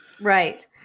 Right